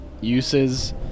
uses